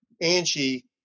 Angie